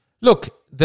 Look